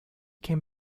came